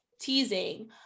teasing